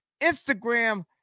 Instagram